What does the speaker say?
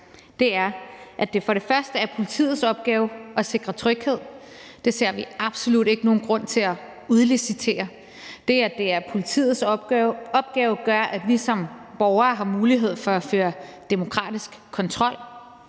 er som det første, at det er politiets opgave at sikre tryghed. Det ser vi absolut ingen grund til at udlicitere. Det, at det er politiets opgave, gør, at vi som borgere har mulighed for at føre demokratisk kontrol.